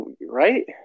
Right